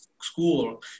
school